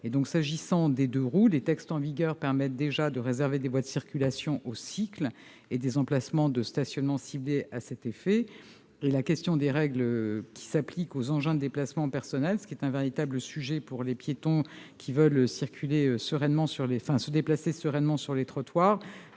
Sur les deux-roues, les textes en vigueur permettent déjà de réserver des voies de circulation aux cycles et des emplacements de stationnement ciblés à cet effet. La question des règles applicables aux engins de déplacement personnel- c'est un véritable sujet pour les piétons qui veulent se déplacer sereinement sur les trottoirs